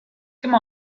come